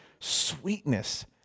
sweetness